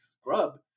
scrub